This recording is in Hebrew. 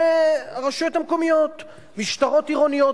להשתמש בכוח כדי להחזיק אדם, פקח עירוני,